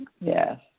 Yes